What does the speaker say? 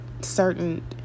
certain